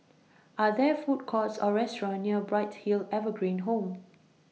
Are There Food Courts Or restaurants near Bright Hill Evergreen Home